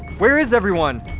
where is everyone?